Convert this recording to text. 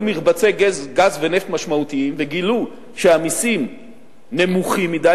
מרבצי גז ונפט משמעותיים וגילו שהמסים נמוכים מדי,